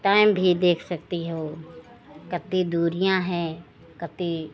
time भी देख सकती हो कितनी दूरियां है कितनी